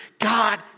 God